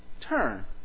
turn